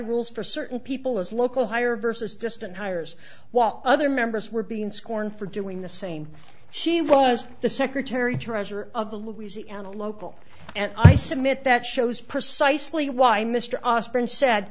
rules for certain people as local hire versus distant hires while other members were being scorn for doing the same she was the secretary treasurer of the louisiana local and i submit that shows precisely why mr osbourne said